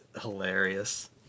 hilarious